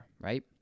right